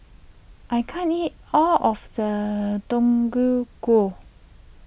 I can't eat all of the Deodeok Gui